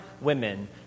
women